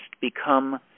become